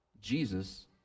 Jesus